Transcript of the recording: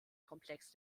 komplex